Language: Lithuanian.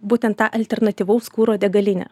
būtent tą alternatyvaus kuro degalinę